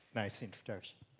nice introduction.